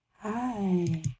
Hi